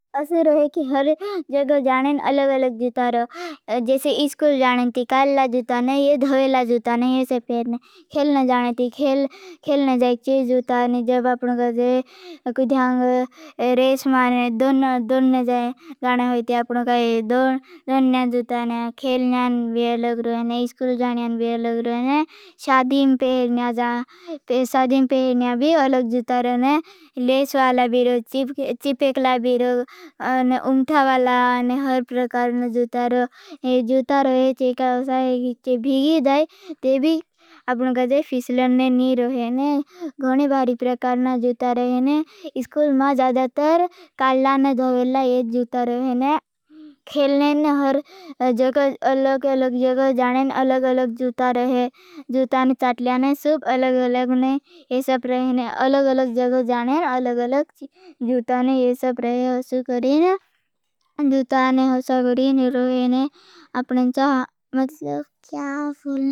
असर है कि हर जग जानें अलग-अलग जूता रो। जैसे इस्कुल जानें ती कालीला जूता ने। ये धोवेला जूता ने, ये से पेर ने। खेलना जानें ती खेल, खेलना जाएं चेल जूता ने। जब अपनों का खुद्धांग, रेश मानें दोन जूता ने। खेलनें भी अलग रो, इस्कुल जानें भी अलग रो। शादीं पे हेरनें भी अलग जूता रो। लेश वाला भी रो, चीप एकला भी रो। उम्था वाला रो, हर प्रकार जूता रो। जूता रो ज अपरेंचा मतलब चाहते हैं।